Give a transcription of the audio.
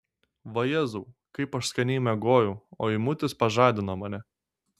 vajezau kaip aš skaniai miegojau o eimutis pažadino mane